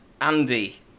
Andy